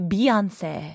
Beyonce